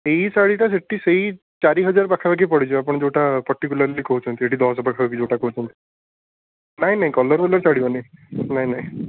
ସେହି ଶାଢ଼ୀଟା ସେଇଠି ସେହି ଚାରିହଜାର ପାଖାପାଖି ପଡ଼ିଯିବ ଆପଣ ଯେଉଁଟା ପାର୍ଟିକୁଲାରଲି କହୁଛନ୍ତି ଏଇଠି ଦଶ ପାଖାପାଖି ଯେଉଁଟା କହୁଛନ୍ତି ନାଇଁ ନାଇଁ କଲର୍ ଫଲର ଛାଡ଼ିବନି ନାଇଁ ନାଇଁ